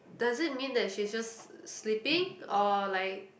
does it mean that she's just sleeping or like